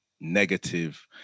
Negative